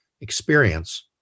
experience